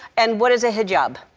and what is a hijab?